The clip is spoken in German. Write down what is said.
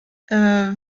wer